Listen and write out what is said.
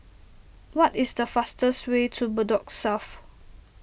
what is the fastest way to Bedok South